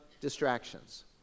distractions